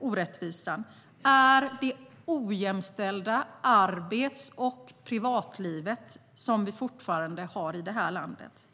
orättvisan är det ojämställda arbets och privatliv som vi fortfarande har i det här landet.